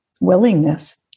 willingness